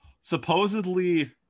supposedly